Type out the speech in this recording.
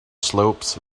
slopes